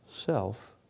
self